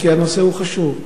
כי הנושא הוא חשוב.